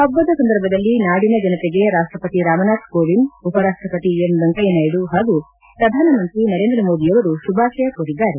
ಹಬ್ಲದ ಸಂದರ್ಭದಲ್ಲಿ ನಾಡಿನ ಜನತೆಗೆ ರಾಷ್ಟಪತಿ ರಾಮನಾಥ್ ಕೋವಿಂದ್ ಉಪರಾಷ್ಟಪತಿ ಎಂ ವೆಂಕಯ್ಯ ನಾಯ್ಡು ಹಾಗೂ ಪ್ರಧಾನಮಂತ್ರಿ ನರೇಂದ್ರ ಮೋದಿಯವರು ಶುಭಾಶಯ ಕೋರಿದ್ದಾರೆ